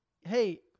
Hey